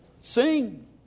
Sing